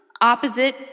opposite